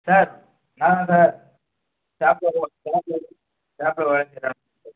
sir நான்தான் sir